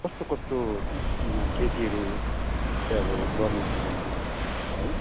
कस्तो कस्तो खेतीहरू चाहिँ अब गर्नु हुन्छ यहाँनिर है